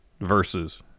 versus